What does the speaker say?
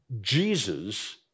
Jesus